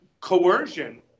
coercion